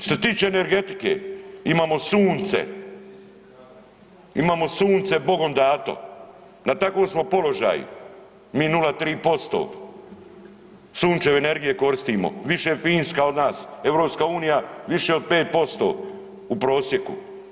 Što se tiče energetike, imamo sunce, imamo sunce Bogom dato, na takvom smo položaju, mi 0,3% Sunčeve energije koristimo, više Finska od nas, EU više od 5% u prosjeku.